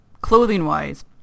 clothing-wise